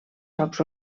jocs